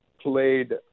played